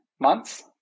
months